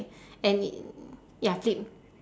and ya flip